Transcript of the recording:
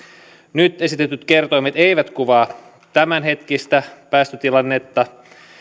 nyt esitetyt kertoimet eivät kuvaa tämänhetkistä päästötilannetta